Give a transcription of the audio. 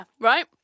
right